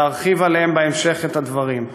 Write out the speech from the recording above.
וארחיב עליהם בהמשך הדברים,